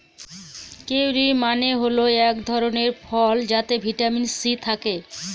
kiwi মানে হল এক ধরনের ফল যাতে ভিটামিন সি থাকে